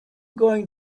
going